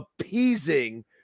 appeasing